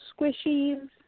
squishies